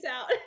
out